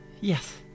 yes